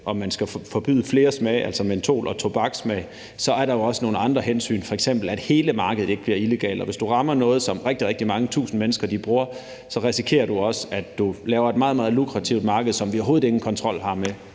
om man skal forbyde flere smage, altså mentol- og tobakssmag, er der jo også nogle andre hensyn, f.eks. at hele markedet ikke bliver illegalt. Hvis du rammer noget, som mange tusind mennesker bruger, risikerer du også, at du laver et meget, meget lukrativt marked, som vi overhovedet ingen kontrol har med,